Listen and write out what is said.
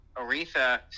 Aretha